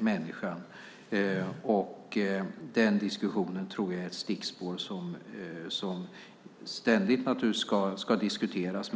människan. Den diskussionen tror jag är ett stickspår som naturligtvis ständigt ska diskuteras.